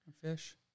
fish